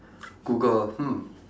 Google hmm